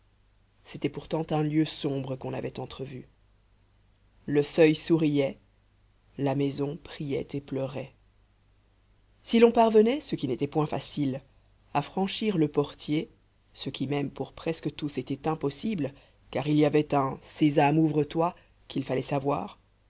c'était pourtant un lieu sombre qu'on avait entrevu le seuil souriait la maison priait et pleurait si l'on parvenait ce qui n'était point facile à franchir le portier ce qui même pour presque tous était impossible car il y avait un sésame ouvre-toi qu'il fallait savoir